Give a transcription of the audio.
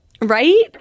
Right